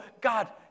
God